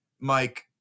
mike